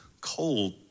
cold